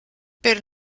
per